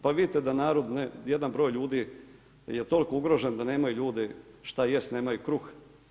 Pa vidite da jedan broj ljudi je toliko ugrožen da nemaju ljudi šta jest, nemaju kruha.